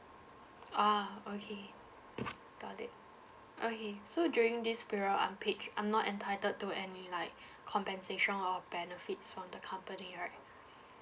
ah okay got it okay so during this period of unpaid I'm not entitled to any like compensation or benefits from the company right